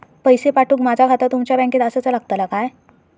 पैसे पाठुक माझा खाता तुमच्या बँकेत आसाचा लागताला काय?